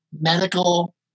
medical